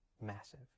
massive